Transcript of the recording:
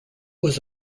was